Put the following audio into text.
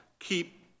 keep